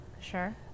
Sure